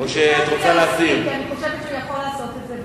כי אני חושבת שהוא יכול לעשות את זה בעצמו.